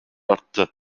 arttı